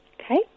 Okay